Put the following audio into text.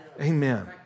Amen